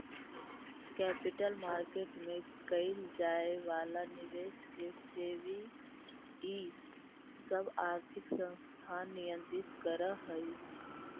capital market में कैइल जाए वाला निवेश के सेबी इ सब आर्थिक संस्थान नियंत्रित करऽ हई